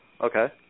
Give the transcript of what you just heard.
Okay